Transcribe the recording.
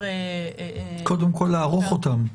קודם כל לערוך אותם.